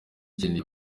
ikeneye